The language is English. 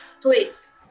Please